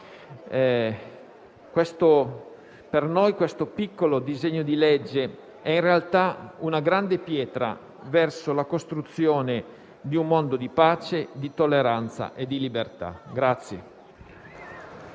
Gruppo questo piccolo disegno di legge è in realtà una grande pietra, verso la costruzione di un mondo di pace, di tolleranza e di libertà.